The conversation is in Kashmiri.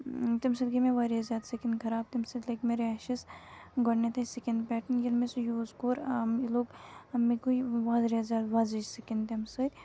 تمہِ سۭتۍ گٔے مےٚ واریاہ زیادٕ سِکِن خراب تمہِ سۭتۍ لٔگۍ مےٚ ریشِس گۄڈنٮ۪تھٕے سِکِن پٮ۪ٹھ ییٚلہِ مےٚ سُہ یوٗز کوٚر یہِ لوٚگ مےٚ گوٚو یہِ واریاہ زیادٕ وۄزٕج سِکِن تمہِ سۭتۍ